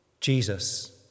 Jesus